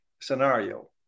scenario